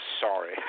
sorry